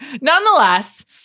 Nonetheless